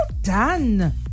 done